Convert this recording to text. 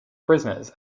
prisoners